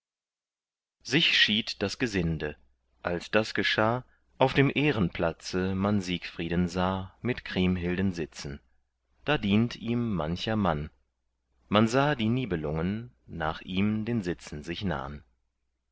sich schied das gesinde als das geschah auf dem ehrenplatze man siegfrieden sah mit kriemhilden sitzen da dient ihm mancher mann man sah die nibelungen nach ihm den sitzen sich nahn